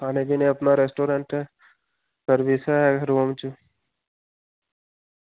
खानै पीने दा अपना रेस्टोरेंट ऐ सर्विस ऐ रूम च